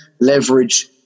leverage